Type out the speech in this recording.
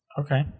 okay